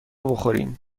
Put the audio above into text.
بخوریم